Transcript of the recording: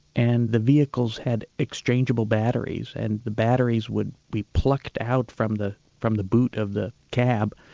and the vehicles had exchangeable batteries and the batteries would be plucked out from the from the boot of the cab,